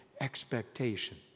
expectation